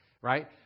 Right